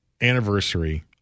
anniversary